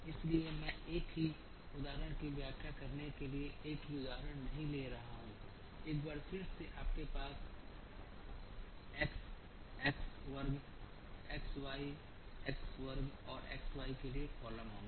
इसलिए मैं एक ही उदाहरण की व्याख्या करने के लिए एक ही उदाहरण नहीं ले रहा हूं एक बार फिर से आपके पास x x वर्ग x y x वर्ग और x y के लिए कॉलम होंगे